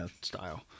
style